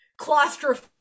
claustrophobic